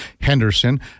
Henderson